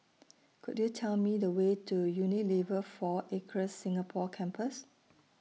Could YOU Tell Me The Way to Unilever four Acres Singapore Campus